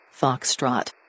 Foxtrot